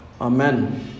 Amen